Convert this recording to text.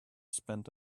spend